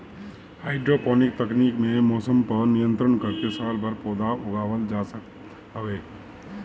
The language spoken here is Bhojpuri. हाइड्रोपोनिक तकनीकी में मौसम पअ नियंत्रण करके सालभर पौधा उगावल जा सकत हवे